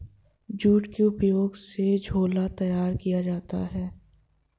jute के उपयोग से झोला तैयार किया जाता है